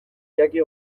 jaki